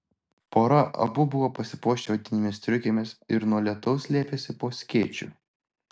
pora abu buvo pasipuošę odinėmis striukėmis ir nuo lietaus slėpėsi po skėčiu